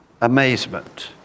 Amazement